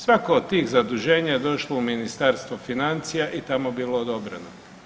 Svako od tih zaduženja je došlo u Ministarstvo financija i tamo bilo odobreno.